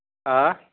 آ